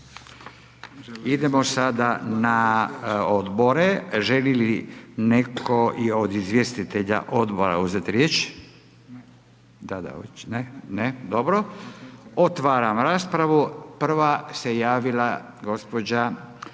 Idemo sada na odbore. Želi li netko od izvjestitelja odbora uzeti riječ? Ne. Dobro. Otvaram raspravu, prva se javila gospođa